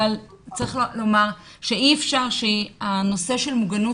אבל צריך לומר שאי אפשר שהנושא שלמוגנות